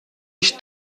ich